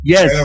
Yes